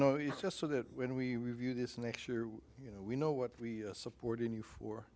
again no it's just so that when we review this next year you know we know what we are supporting you for